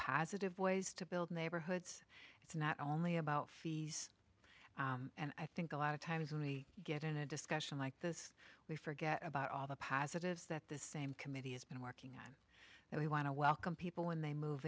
positive ways to build neighborhoods it's not only about fees and i think a lot of times when we get in a discussion like this we forget about all the positives that the same committee has been working and we want to welcome people when they move